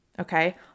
Okay